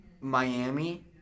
Miami